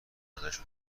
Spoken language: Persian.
ازش